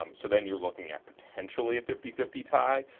um so then you are looking at potentially a fifty fifty tie.